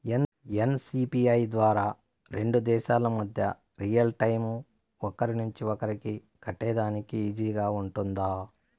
NCPI ద్వారా రెండు దేశాల మధ్య రియల్ టైము ఒకరి నుంచి ఒకరికి కట్టేదానికి ఈజీగా గా ఉంటుందా?